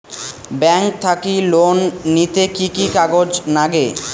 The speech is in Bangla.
ব্যাংক থাকি লোন নিতে কি কি কাগজ নাগে?